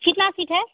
कितने फिट है